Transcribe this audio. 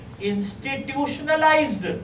institutionalized